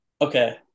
Okay